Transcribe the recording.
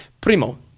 primo